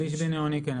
בכביש בין עירוני כן,